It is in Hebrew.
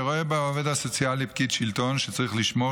שרואה בעובד הסוציאלי פקיד שלטון שצריך לשמור